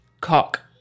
cock